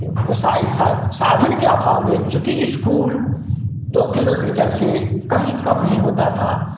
वे साई साय साधन के अभाव में चूँकि इस्कूल दो किलोमीटर से कहीं कम नहीं होता था